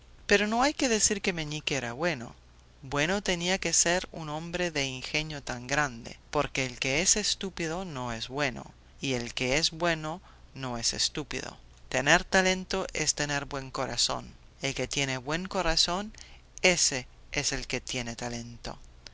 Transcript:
pero no hay que decir que meñique era bueno bueno tenía que ser un hombre de ingenio tan grande porque el que es estúpido no es bueno y el que es bueno no es estúpido tener talento es tener buen corazón el que tiene buen corazón ése es el que tiene talento